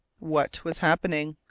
what was happening?